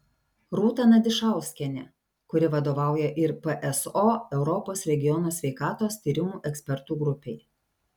rūta nadišauskienė kuri vadovauja ir pso europos regiono sveikatos tyrimų ekspertų grupei